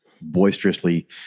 boisterously